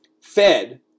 fed